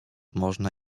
można